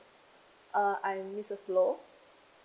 uh I'm misses low